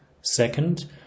Second